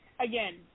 Again